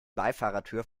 beifahrertür